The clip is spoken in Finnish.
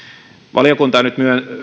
valiokunta on nyt